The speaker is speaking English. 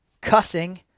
cussing